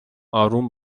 آروم